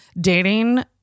dating